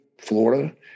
Florida